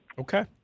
Okay